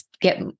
get